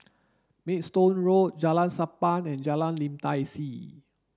Maidstone Road Jalan Sappan and Jalan Lim Tai See